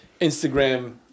instagram